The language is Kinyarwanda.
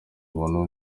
ubuntu